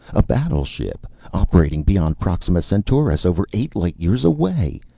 a battleship, operating beyond proxima centaurus over eight light years away.